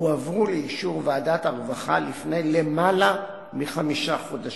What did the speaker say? הועברו לאישור ועדת הרווחה לפני למעלה מחמישה חודשים,